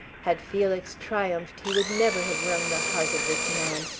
had felix triumphed he would never have wrung the heart of this man.